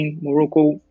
Morocco